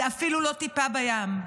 זה אפילו לא טיפה בים.